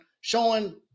showing